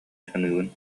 саныыбын